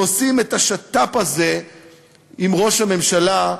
ועושים את השת"פ הזה עם ראש הממשלה,